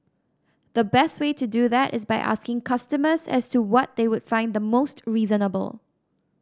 the best way to do that is by asking customers as to what they would find the most reasonable